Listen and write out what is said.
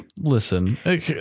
listen